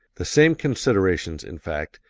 the same considerations, in fact,